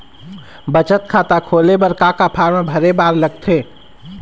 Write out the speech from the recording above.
बचत खाता खोले बर का का फॉर्म भरे बार लगथे?